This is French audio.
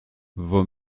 vos